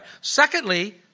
Secondly